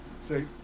say